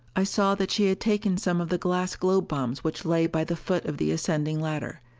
i saw that she had taken some of the glass globe-bombs which lay by the foot of the ascending ladder.